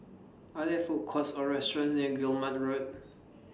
Are There Food Courts Or restaurants near Guillemard Road